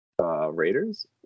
Raiders